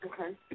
Okay